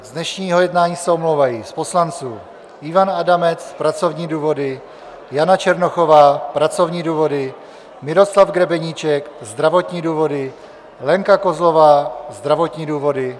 Z dnešního dne se omlouvají z poslanců: Ivan Adamec, pracovní důvody, Jana Černochová, pracovní důvody, Miroslav Grebeníček, zdravotní důvody, Lenka Kozlová, zdravotní důvody.